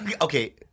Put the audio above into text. Okay